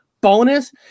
bonus